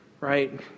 right